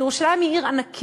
כי ירושלים היא עיר ענקית,